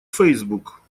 facebook